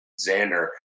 Xander